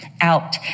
out